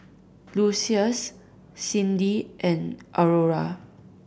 Lucius Cyndi and Aurora